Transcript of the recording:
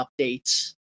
updates